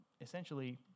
essentially